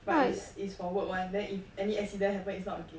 but is is for work [one] then if any accident happen it's not a game